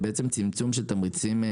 זה צמצום של תמריצים.